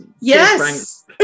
Yes